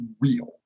real